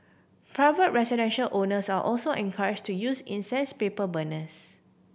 private residential owners are also encourage to use incense paper burners